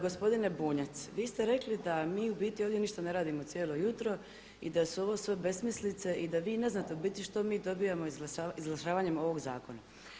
Gospodine Bunjac, vi ste rekli da mi u biti ovdje ništa ne radimo cijelo jutro i da su ovo sve besmislice i da vi ne znate u biti što mi dobivamo izglasavanjem ovog zakona.